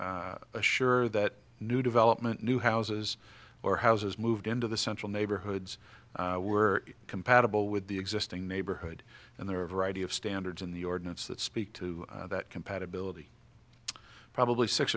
assure that new development new houses or houses moved into the central neighborhoods were compatible with the existing neighborhood and there are a variety of standards in the ordinance that speak to that compatibility probably six